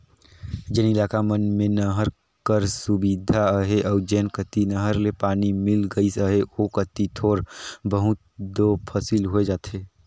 जेन इलाका मन में नहर कर सुबिधा अहे अउ जेन कती नहर ले पानी मिल गइस अहे ओ कती थोर बहुत दो फसिल होए जाथे